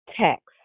text